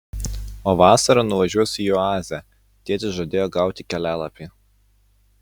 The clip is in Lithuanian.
o vasarą nuvažiuosiu į oazę tėtis žadėjo gauti kelialapį